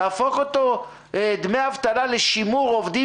תהפוך אותו להיות דמי אבטלה לשימור עובדים